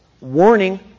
Warning